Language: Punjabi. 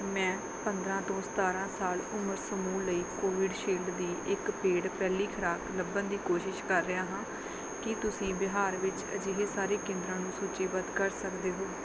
ਮੈਂ ਪੰਦਰਾਂ ਤੋਂ ਸਤਾਰਾਂ ਸਾਲ ਉਮਰ ਸਮੂਹ ਲਈ ਕੋਵਿਡਸ਼ਿਲਡ ਦੀ ਇੱਕ ਪੇਡ ਪਹਿਲੀ ਖੁਰਾਕ ਲੱਭਣ ਦੀ ਕੋਸ਼ਿਸ਼ ਕਰ ਰਿਹਾ ਹਾਂ ਕੀ ਤੁਸੀਂ ਬਿਹਾਰ ਵਿੱਚ ਅਜਿਹੇ ਸਾਰੇ ਕੇਂਦਰਾਂ ਨੂੰ ਸੂਚੀਬੱਧ ਕਰ ਸਕਦੇ ਹੋ